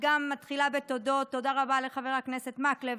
גם מתחילה בתודות: תודה רבה לחבר הכנסת מקלב,